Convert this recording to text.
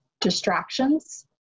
distractions